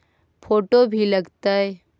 Photo भी लग तै?